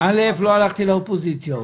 עוד לא הלכתי לאופוזיציה.